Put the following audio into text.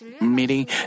meeting